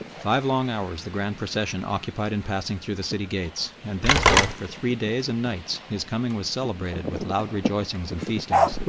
five long hours the grand procession occupied in passing through the city gates, and thenceforth for three days and nights his coming was celebrated with loud rejoicings and feastings,